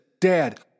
Dad